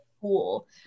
Cool